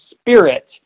spirit